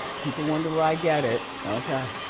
people wonder where i get it. okay,